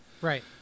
Right